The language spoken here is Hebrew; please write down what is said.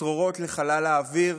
בצרורות לחלל האוויר,